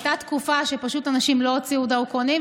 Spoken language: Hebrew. הייתה תקופה שפשוט אנשים לא הוציאו דרכונים,